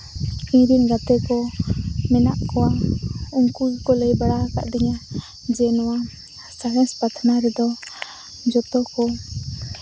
ᱤᱧ ᱨᱮᱱ ᱜᱟᱛᱮ ᱠᱚ ᱢᱮᱱᱟᱜ ᱠᱚᱣᱟ ᱩᱱᱠᱩ ᱜᱮᱠᱚ ᱞᱟᱹᱭ ᱵᱟᱲᱟ ᱟᱠᱟᱫᱤᱧᱟᱹ ᱡᱮ ᱱᱚᱣᱟ ᱥᱟᱬᱮᱥ ᱯᱟᱛᱷᱱᱟ ᱨᱮᱫᱚ ᱡᱚᱛᱚ ᱠᱚ